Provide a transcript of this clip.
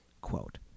Quote